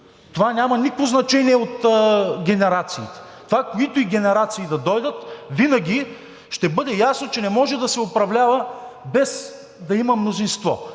Това няма никакво значение от генерациите. Това, които и генерации да дойдат, винаги ще бъде ясно, че не може да се управлява, без да има мнозинство.